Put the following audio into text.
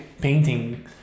painting